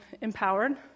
empowered